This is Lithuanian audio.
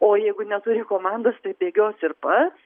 o jeigu neturi komandos tai bėgios ir pats